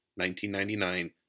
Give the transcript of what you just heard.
1999